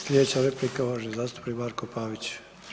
Sljedeća replika uvaženi zastupnik Marko Pavić.